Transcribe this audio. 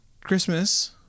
Christmas